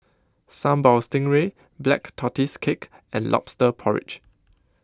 Sambal Stingray Black Tortoise Cake and Lobster Porridge